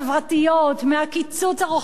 מהקיצוץ הרוחבי שעושים,